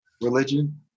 religion